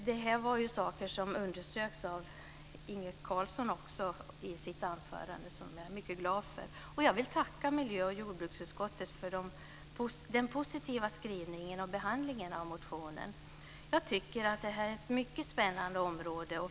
Det här är saker som också Inge Carlsson underströk i sitt anförande, och det är jag mycket glad för. Jag vill tacka miljö och jordbruksutskottet för den positiva skrivningen och den positiva behandlingen av motionen. Jag tycker att det här är ett mycket spännande område.